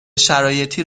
شرایطی